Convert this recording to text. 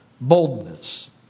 Boldness